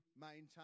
maintain